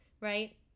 Right